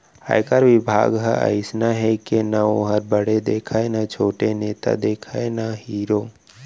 आयकर बिभाग ह अइसना हे के ना वोहर बड़े देखय न छोटे, नेता देखय न हीरो